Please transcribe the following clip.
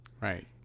Right